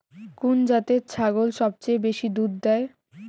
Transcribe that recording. কুন জাতের ছাগল সবচেয়ে বেশি দুধ দেয়?